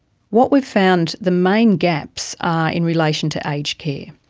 what we found, the main gaps are in relation to aged care.